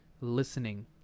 listening